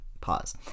pause